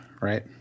right